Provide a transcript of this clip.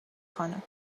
خانم